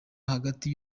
hagati